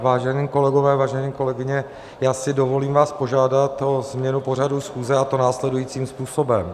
Vážení kolegové, vážené kolegyně, já si dovolím vás požádat o změnu pořadu schůze, a to následujícím způsobem.